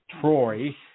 Troy